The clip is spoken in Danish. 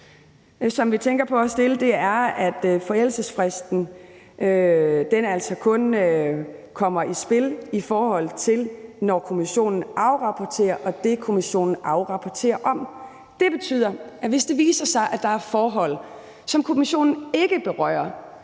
som vi tænker på at stille, går ud på, at forældelsesfristen kun kommer i spil i forhold til det tidspunkt, hvor kommissionen afrapporterer, og ikkedet, kommissionen afrapporterer om. Lovforslaget betyder, at hvis det viser sig, at der er forhold, som kommissionen ikke berører,